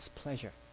pleasure